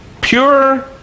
pure